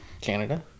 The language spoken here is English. Canada